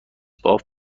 باف